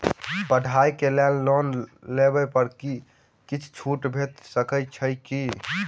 पढ़ाई केँ लेल लोन लेबऽ पर किछ छुट भैट सकैत अछि की?